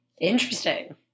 Interesting